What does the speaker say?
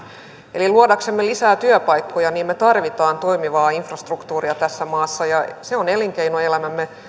eli luodaksemme lisää työpaikkoja me tarvitsemme toimivaa infrastruktuuria tässä maassa se on elinkeinoelämämme